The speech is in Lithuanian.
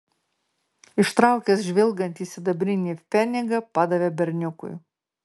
ištraukęs žvilgantį sidabrinį pfenigą padavė berniukui